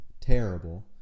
terrible